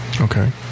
Okay